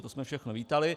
To jsme všechno vítali.